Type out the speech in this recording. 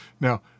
Now